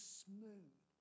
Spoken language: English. smooth